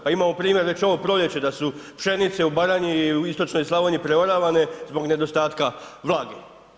Pa imamo primjer već ovo proljeće da su pšenice u Baranji i u istočnoj Slavoniji preoravane zbog nedostatka vlage.